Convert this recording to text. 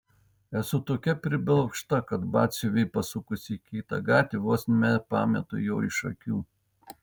esu tokia priblokšta kad batsiuviui pasukus į kitą gatvę vos nepametu jo iš akių